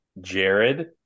Jared